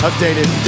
Updated